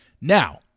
Now